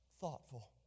Thoughtful